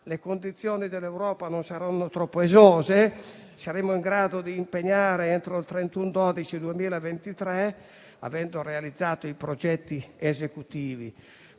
Le condizioni dell'Europa non saranno troppo esose? Saremo in grado di impegnare le risorse entro il 31 dicembre 2023, avendo realizzato i progetti esecutivi?